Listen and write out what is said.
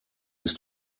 ist